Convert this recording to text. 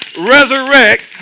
resurrect